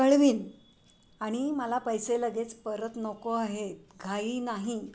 कळवीन आणि मला पैसे लगेच परत नको आहेत घाई नाही